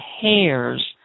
hairs